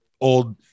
old